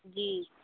जी